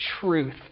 truth